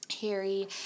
Harry